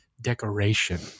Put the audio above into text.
decoration